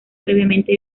previamente